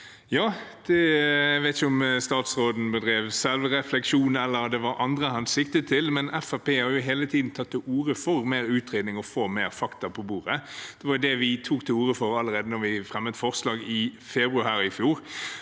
Jeg vet ikke om statsråden bedrev selvrefleksjon, eller om det var andre han siktet til, men Fremskrittspartiet har hele tiden tatt til orde for mer utredning og å få mer fakta på bordet. Det var det vi tok til orde for allerede da vi fremmet forslag her i februar i fjor.